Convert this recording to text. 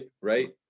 right